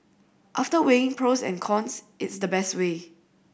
after weighing pros and cons it's the best way